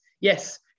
Yes